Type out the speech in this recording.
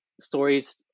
stories